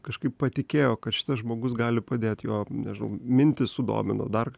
kažkaip patikėjo kad šitas žmogus gali padėt jo nežinau mintys sudomino dar